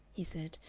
he said.